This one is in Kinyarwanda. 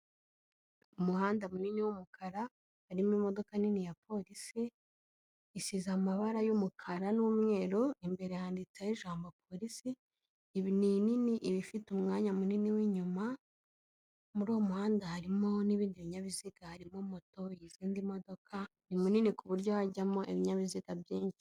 Umuhanda munini w'umukara, harimo imodoka nini ya polisi, isize amabara y'umukara n'umweru, imbere handitseho ijambo polisi, ni nini iba ifite umwanya munini w'inyuma. Muri uwo muhanda harimo n'ibindi binyabiziga, harimo moto, izindi modoka, ni munini ku buryo hajyamo ibinyabiziga byinshi.